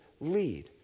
lead